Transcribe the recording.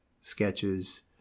sketches